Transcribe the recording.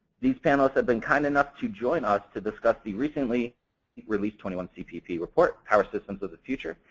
these panelists have been kind enough to join us to discuss the recently released twenty one cpp report, power systems of the future,